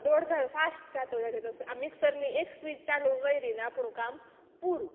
દોંળ ધાળયો ફાસ્ટ જાતો રહ્યો છે આ મિક્સરની એક સ્વિચ ચાલુ કયરી અને આપણું કામ પૂરું